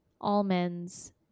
almonds